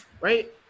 right